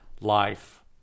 life